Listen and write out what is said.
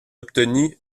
obtenue